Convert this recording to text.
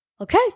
Okay